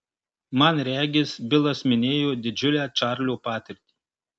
man regis bilas minėjo didžiulę čarlio patirtį